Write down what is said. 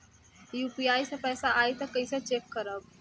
UPI से पैसा आई त कइसे चेक करब?